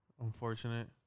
Unfortunate